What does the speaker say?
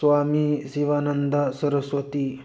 swami Shivananda Saraswati